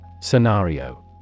Scenario